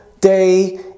day